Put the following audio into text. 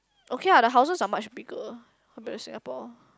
okay lah the houses are much bigger compared to Singapore